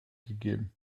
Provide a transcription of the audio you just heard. gegeben